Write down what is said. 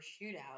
shootout